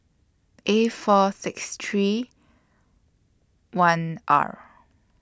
A four six three one R